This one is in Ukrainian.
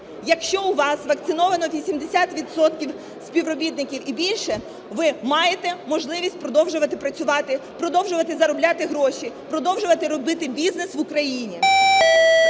Якщо у вас вакциновано 80 відсотків співробітників і більше, ви маєте можливість продовжувати працювати, продовжувати заробляти гроші, продовжувати робити бізнес в Україні.